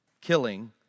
killing